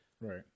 right